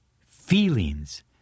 Feelings